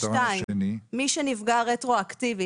שתיים, מי שנפגע רטרואקטיבית.